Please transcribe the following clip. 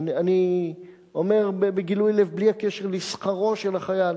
אני אומר בגילוי לב, בלי קשר לשכרו של החייל,